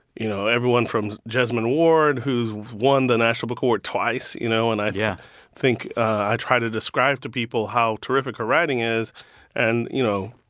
you know, everyone from jesmyn ward, who's won the national book award twice, you know? and i yeah think i try to describe to people how terrific her writing is and, you know,